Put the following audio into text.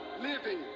living